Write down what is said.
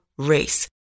race